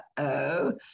uh-oh